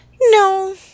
No